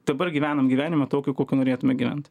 dabar gyvenam gyvenimą tokiu kokiu norėtume gyventi